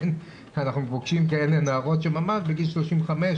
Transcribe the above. אנחנו פוגשים נערות שבגיל 35,